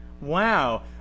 wow